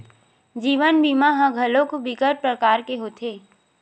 जीवन बीमा ह घलोक बिकट परकार के होथे